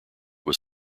was